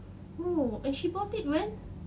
oh and she bought it when